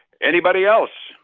anybody else?